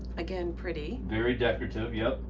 again, pretty. very decorative yeah.